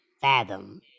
fathom